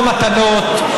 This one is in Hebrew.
לא מתנות,